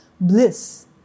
bliss